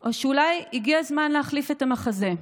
או שאולי הגיע הזמן להחליף את המחזה?